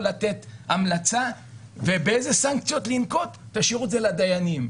לתת המלצה ובאילו סנקציות לנקוט תשאירו את זה לדיינים.